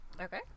okay